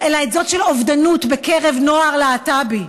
אלא זאת של אובדנות בקרב נוער להט"בי,